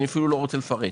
אני אפילו לא רוצה לפרט.